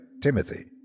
Timothy